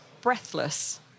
breathless